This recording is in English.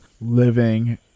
living